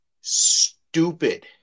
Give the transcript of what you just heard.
stupid